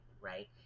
right